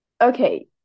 okay